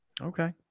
Okay